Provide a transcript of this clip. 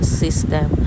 system